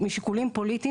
משיקולים פוליטיים,